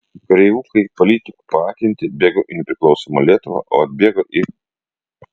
kareivukai politikų paakinti bėgo į nepriklausomą lietuvą o atbėgo į